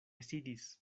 sidis